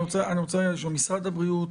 אני רוצה לשאול: משרד הבריאות,